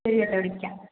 ശരി കെട്ടോ വിളിയ്ക്കാം